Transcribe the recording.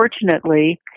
unfortunately